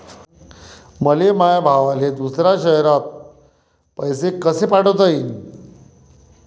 मले माया भावाले दुसऱ्या शयरात पैसे कसे पाठवता येईन?